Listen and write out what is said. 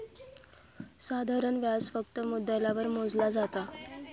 साधारण व्याज फक्त मुद्दलावर मोजला जाता